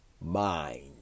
mind